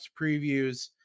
previews